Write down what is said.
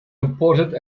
important